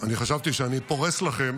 אני חשבתי שאני פורס לכם